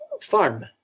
farm